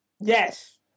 Yes